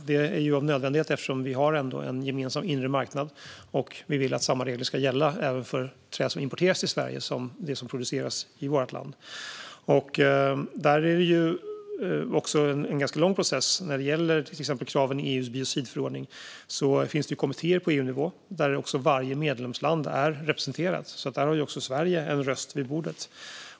Det är av nödvändighet eftersom vi har en gemensam inre marknad, och vi vill att samma regler ska gälla för trä som importeras till Sverige som för det som produceras i vårt land. Där är det en ganska lång process när det gäller till exempel kraven i EU:s biocidförordning. Det finns kommittéer på EU-nivå där varje medlemsland är representerat. Där har också Sverige en röst vid bordet.